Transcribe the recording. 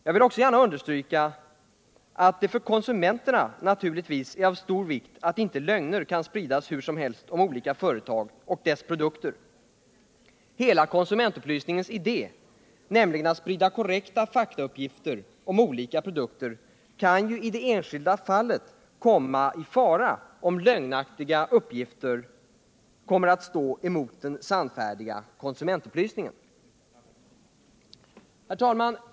Jag vill också gärna understryka att det för konsumenterna naturligtvis är av stor vikt att inte lögner kan spridas hur som helst om olika företag och deras produkter. Hela konsumentupplysningens idé, nämligen att sprida korrekta faktauppgifter om olika produkter, kan ju i det enskilda fallet komma i fara om lögnaktiga uppgifter kommer att stå mot den sannfärdiga konsumentupplysningen. Herr talman!